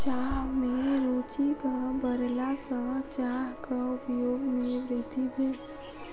चाह में रूचिक बढ़ला सॅ चाहक उपयोग में वृद्धि भेल